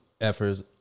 efforts